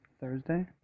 Thursday